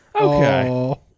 Okay